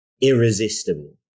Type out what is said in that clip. irresistible